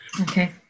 Okay